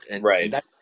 Right